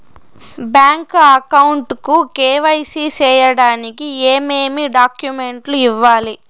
Bank account కు KYC సేయడానికి ఏమేమి డాక్యుమెంట్ ఇవ్వాలి?